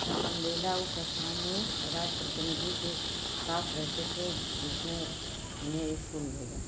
तब मण्डेला उस स्थानीय राजप्रतिनिधि के साथ रहते थे जिसने उन्हें स्कूल भेजा था